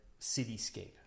cityscape